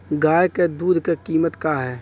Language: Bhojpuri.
गाय क दूध क कीमत का हैं?